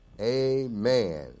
Amen